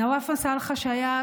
נואף מסאלחה היה